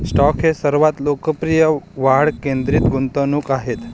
stock हे सर्वात लोकप्रिय वाढ केंद्रित गुंतवणूक आहेत